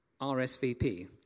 RSVP